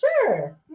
sure